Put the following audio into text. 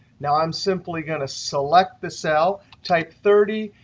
now, i'm simply going to select the cell, type thirty,